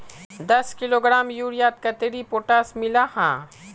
दस किलोग्राम यूरियात कतेरी पोटास मिला हाँ?